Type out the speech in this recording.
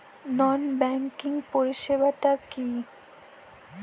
নন banking পরিষেবা টা কি?